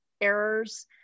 errors